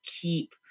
keep